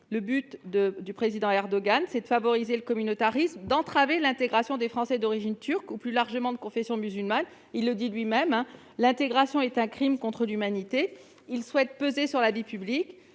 Le but du président Erdogan est de favoriser le communautarisme et d'entraver l'intégration des Français d'origine turque ou, plus largement, de confession musulmane. Il le dit lui-même :« L'intégration est un crime contre l'humanité. » Il souhaite peser sur la vie publique,